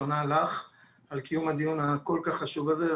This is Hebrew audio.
ובראשונה לך על קיום הדיון הכל כך חשוב הזה.